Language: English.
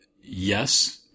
yes –